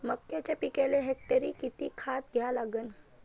मक्याच्या पिकाले हेक्टरी किती खात द्या लागन?